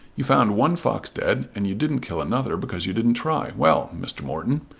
you found one fox dead and you didn't kill another because you didn't try. well mr. morton,